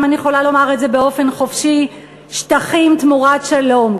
אם אני יכולה לומר את זה באופן חופשי: שטחים תמורת שלום.